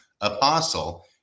apostle